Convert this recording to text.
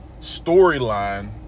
storyline